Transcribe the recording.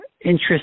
interest